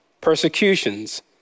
persecutions